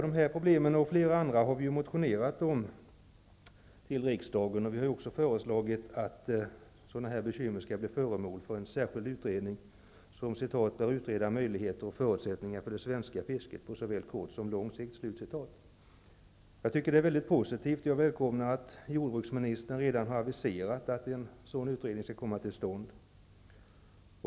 De här problemen och flera andra har vi motionerat om till riksdagen, och vi har också föreslagit att sådana här bekymmer skall bli föremål för en särskild utredning, som ''bör utreda möjligheter och förutsättningar för det svenska fisket på såväl kort som lång sikt''. Jag tycker att det är väldigt positivt -- jag välkomnar det -- att jordbruksministern redan har aviserat att en sådan utredning skall komma till stånd.